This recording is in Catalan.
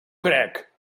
crec